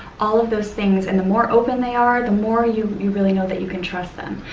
all of those things and the more open they are, the more you you really know that you can trust them.